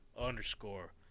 underscore